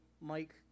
Mike